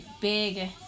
big